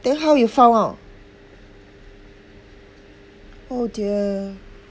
then how you found out oh dear